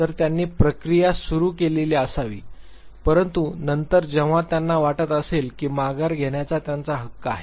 तर त्यांनी प्रक्रिया सुरू केली असावी परंतु नंतर जेव्हा त्यांना वाटत असेल की माघार घेण्याचा त्यांचा हक्क आहे